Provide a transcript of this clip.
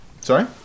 Sorry